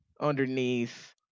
underneath